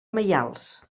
maials